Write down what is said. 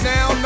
Now